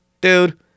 dude